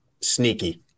sneaky